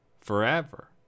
forever